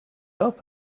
off